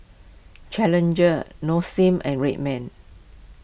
Challenger Nong Shim and Red Man